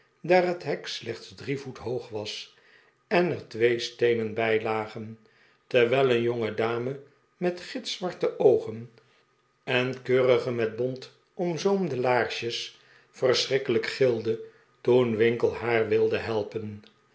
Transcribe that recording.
daar het hek slechts drie voet hoog was en er twee steenen bij lagen terwijl een jongedame met gitzwarte oogen en keurige met bont omzoomde laarsjes verschrikkelijk gilde toen winkle haar wilde helpen